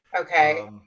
Okay